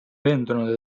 veendunud